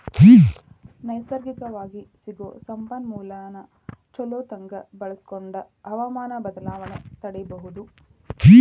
ನೈಸರ್ಗಿಕವಾಗಿ ಸಿಗು ಸಂಪನ್ಮೂಲಾನ ಚುಲೊತಂಗ ಬಳಸಕೊಂಡ ಹವಮಾನ ಬದಲಾವಣೆ ತಡಿಯುದು